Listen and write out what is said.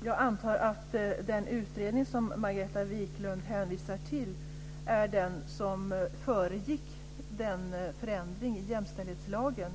Fru talman! Jag antar att den utredning som Margareta Viklund hänvisar till är den som föregick den förändring i jämställdhetslagen